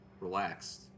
relaxed